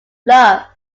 love